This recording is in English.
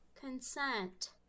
consent